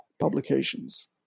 publications